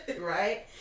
Right